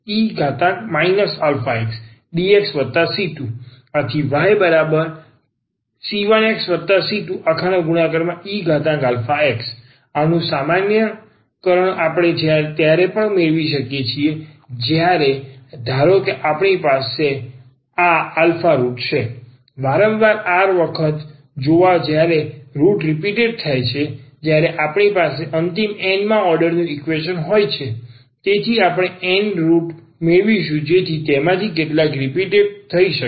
તેથી ye αx∫c1eαxe αxdxc2 yc1xc2eαx આનું સામાન્યકરણ આપણે ત્યારે પણ મેળવી શકીએ છીએ જ્યારે ધારો કે આપણી પાસે આ રુટ છે વારંવાર r વખત જોવા જ્યારે રુટ રીપીટેટ થાય છે જ્યારે આપણી પાસે અંતિમ n માં ઓર્ડર ઈક્વેશન ો હોય છે તેથી આપણે n રુટ મેળવીશું જેથી તેમાંથી કેટલાક રીપીટેટ થઈ શકે